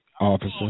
officer